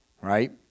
right